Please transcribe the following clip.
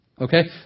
Okay